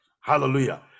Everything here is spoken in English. Hallelujah